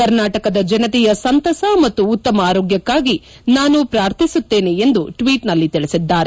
ಕರ್ನಾಟಕದ ಜನತೆಯ ಸಂತಸ ಮತ್ತು ಉತ್ತಮ ಆರೋಗ್ಗಕ್ಷಾಗಿ ನಾನು ಪ್ರಾರ್ಥಿಸುತ್ತೇನೆ ಎಂದು ಟ್ವೀಟ್ನಲ್ಲಿ ತಿಳಿಸಿದ್ದಾರೆ